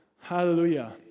Hallelujah